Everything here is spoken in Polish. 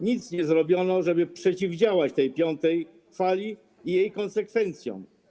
Nic nie zrobiono, żeby przeciwdziałać piątej fali i jej konsekwencjom.